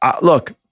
look